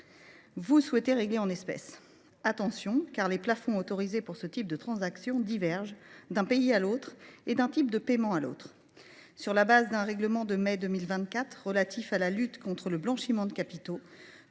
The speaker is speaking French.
vous souhaitez régler en espèces… Eh bien, prenez garde, car les plafonds autorisés pour ce type de transaction diffèrent d’un pays à un autre, d’un type de paiement à un autre. Sur la base d’un règlement de mai 2024 relatif à la lutte contre le blanchiment de capitaux,